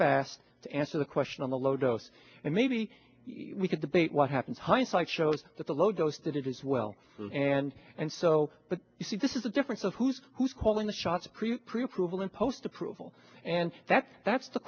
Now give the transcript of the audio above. to answer the question on the low dose and maybe we could debate what happens hindsight shows that the low dose did it as well and and so but you see this is a difference of who's who's calling the shots pre approval in post approval and that's that's the